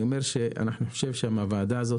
אני אומר שאני חושב שמהוועדה הזו